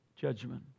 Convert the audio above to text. judgment